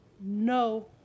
no